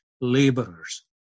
laborers